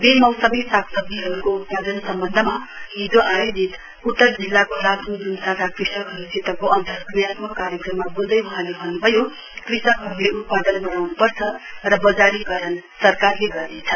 बेमौसमी सागसब्जीहरूको उत्पादन सम्बन्धमा हिजो आयोजित उत्तर जिल्लाको लाच्ङ जुम्साका कृषकहरूसितको अन्तर्क्रियात्मक कार्यक्रममा बोल्दै वहाँले भन्न्भयो कृषकहरूले उत्पादन बढ़ाउन्पर्छ र बजारीकरण सरकारले गर्नेछ